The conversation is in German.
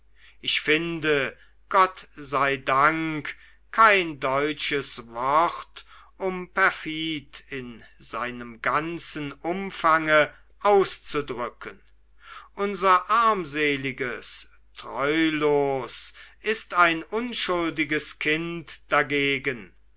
ich finde gott sei dank kein deutsches wort um perfid in seinem ganzen umfange auszudrücken unser armseliges treulos ist ein unschuldiges kind dagegen